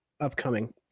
upcoming